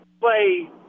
play